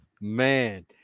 man